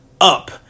up